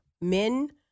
men